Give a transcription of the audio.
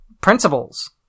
principles